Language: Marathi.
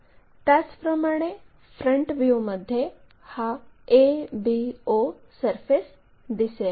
त्याचप्रमाणे फ्रंट व्ह्यूमध्ये हा a b o सरफेस दिसेल